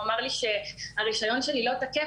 הוא אמר לי שהרישיון שלי לא תקף,